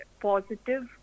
positive